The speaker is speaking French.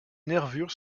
nervures